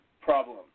problem